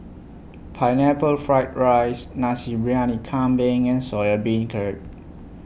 Pineapple Fried Rice Nasi Briyani Kambing and Soya Beancurd